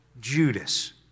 Judas